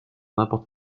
n’importe